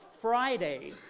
Friday